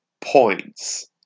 points